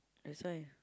that's why